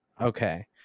okay